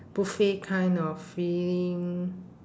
buffet kind of feeling